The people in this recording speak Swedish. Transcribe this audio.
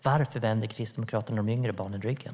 Varför vänder Kristdemokraterna de yngre barnen ryggen?